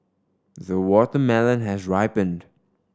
the watermelon has ripened